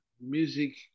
music